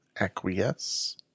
Acquiesce